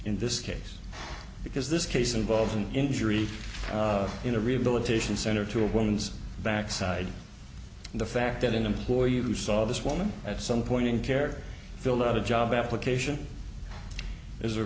in this case because this case involves an injury in a rehabilitation center to a woman's backside the fact that an employee who saw this woman at some point in jerry filled out a job application is